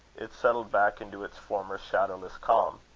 it settled back into its former shadowless calm.